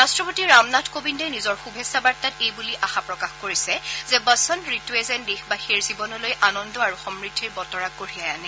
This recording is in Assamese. ৰাষ্ট্ৰপতি ৰামনাথ কোবিন্দে নিজৰ শুভেচ্ছা বাৰ্তাত এই বুলি আশা প্ৰকাশ কৰিছে যে বসন্ত ঋতুয়ে যেন দেশবাসীৰ জীৱনলৈ আনন্দ আৰু সমূদ্ধিৰ বতৰা কঢ়িয়াই আনে